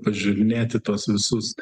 pažiūrinėti tuos visus